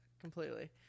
completely